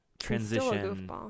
transition